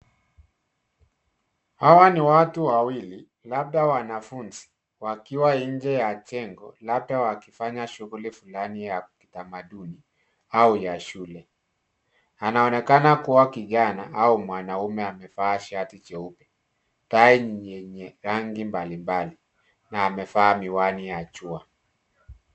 Hawa ni watu wawili, labda wanafunzi, wakiwa nje ya jengo, labda wakifanya shughuli fulani ya kitamaduni au ya shule. Anaonekana kuwa kijana au mwanamume amevaa shati jeupe, tai yenye rangi mbalimbali na amevaa miwani ya jua.